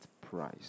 price